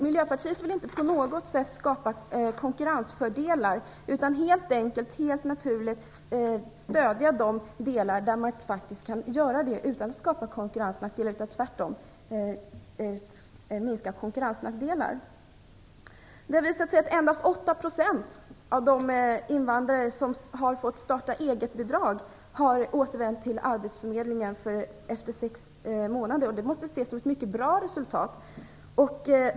Miljöpartiet vill inte på något sätt skapa konkurrensfördelar. Vi vill helt enkelt stödja de delar där man kan göra det utan att skapa konkurrensnackdelar. Vi vill tvärtom minska konkurrensnackdelarna. Det har visat sig att endast 8 % av de invandrare som har fått starta-eget-bidrag har återvänt till arbetsförmedlingen efter sex månader. Det måste ses som ett mycket bra resultat.